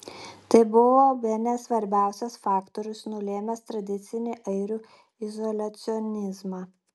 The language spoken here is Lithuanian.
tai buvo bene svarbiausias faktorius nulėmęs tradicinį airių izoliacionizmą